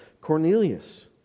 Cornelius